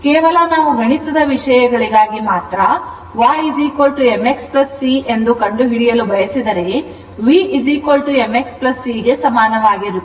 ಕೇವಲ ನಾವು ಗಣಿತದ ವಿಷಯಗಳಿಗಾಗಿ ಮಾತ್ರ y mx C ಗೆ ಸಮಾನವೆಂದು ಕಂಡುಹಿಡಿಯಲು ಬಯಸಿದರೆ V mx C ಗೆ ಸಮಾನವಾಗಿರುತ್ತದೆ